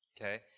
Okay